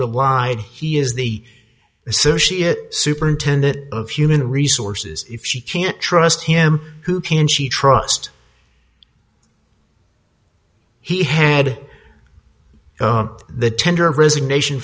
replied he is the associate superintendent of human resources if she can't trust him who can she trust he had the tender resignation